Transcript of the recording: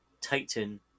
titan